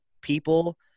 people